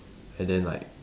and then like